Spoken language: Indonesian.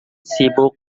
sibuk